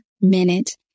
minute